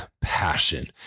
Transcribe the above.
passion